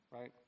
right